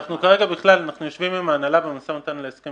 אנחנו יושבים עם ההנהלה במשא ומתן להסכם